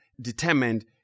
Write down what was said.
determined